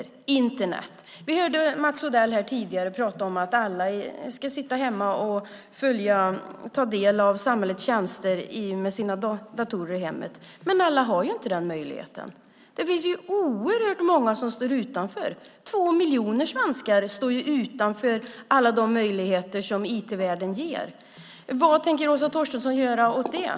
När det gäller Internet hörde vi Mats Odell här tidigare tala om att alla ska kunna sitta hemma och ta del av samhällets tjänster med hjälp av sina datorer. Men alla har inte den möjligheten! Det finns oerhört många som står utanför. Två miljoner svenskar står utanför alla de möjligheter som IT-världen ger. Vad tänker Åsa Torstensson göra åt det?